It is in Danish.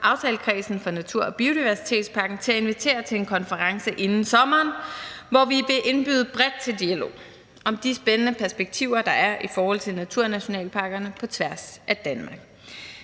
aftalekredsen for natur- og biodiversitetspakken til at invitere til en konference inden sommeren, hvor vi vil indbyde bredt til dialog om de spændende perspektiver, der er i forhold til naturnationalparkerne på tværs af Danmark.